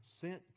sent